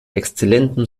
exzellentem